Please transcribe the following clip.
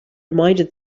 reminded